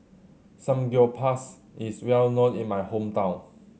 samgyeopsal is well known in my hometown